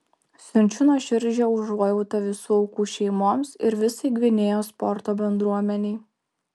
siunčiu nuoširdžią užuojautą visų aukų šeimoms ir visai gvinėjos sporto bendruomenei